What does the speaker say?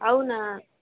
అవునా